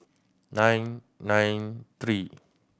nine nine three